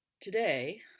Today